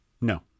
No